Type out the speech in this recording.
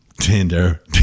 Tinder